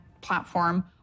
platform